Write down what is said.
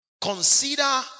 Consider